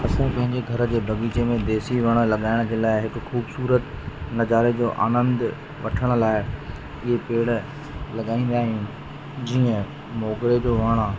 असां पंहिंजे घर जे बगीचे में देसी वण लॻाइण जे लाइ हिकु ख़ूबसूरत आनंद वठण लाइ इहे पेड़ लॻाईंदा आहियूं जीअं मोगरे जो वणु आहे